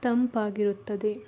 ತಂಪಾಗಿರುತ್ತದೆ